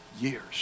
years